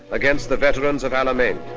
against the veterans of allied men.